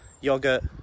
Yogurt